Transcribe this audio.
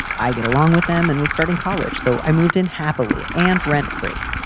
i get along with him and was starting college, so i moved in happily and rent free.